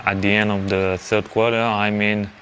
and and um the third quarter, i mean